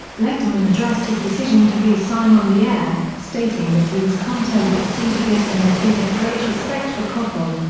letterman addressed his decision to re-sign on the air, stating that he was content at cbs and that he had great respect for koppel.